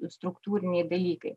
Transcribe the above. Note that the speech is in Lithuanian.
struktūriniai dalykai